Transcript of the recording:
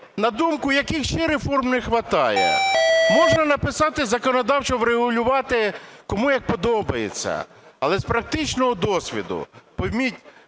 на думку, яких ще реформ не хватає. Можна написати і законодавчо врегулювати, кому як подобається. Але з практичного досвіду, зрозумійте